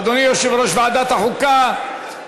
אדוני יושב-ראש ועדת החוקה,